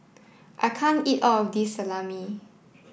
I can't eat all of this Salami